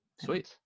Sweet